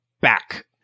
back